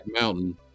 mountain